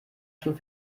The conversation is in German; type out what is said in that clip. schon